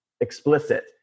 Explicit